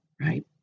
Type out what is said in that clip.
right